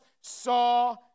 saw